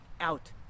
out